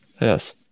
Yes